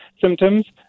symptoms